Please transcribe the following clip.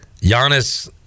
Giannis